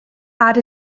add